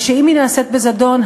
ושאם היא נעשית בזדון,